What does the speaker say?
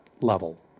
level